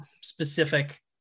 specific